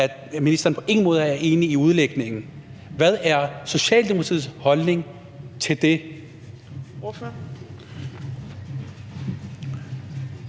at vedkommende på ingen måder er enig i udlægningen af den. Hvad er Socialdemokratiets holdning til det?